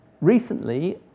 Recently